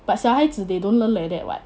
but 小孩子 they don't learn like that [what]